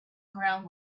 ground